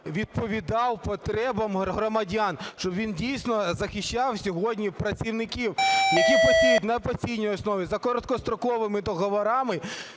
відповідав потребам громадян, щоб він дійсно захищав сьогодні працівників, які працюють на постійні основі, за короткостроковими договорами,